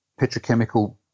petrochemical